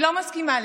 אני לא מסכימה לזה.